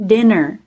Dinner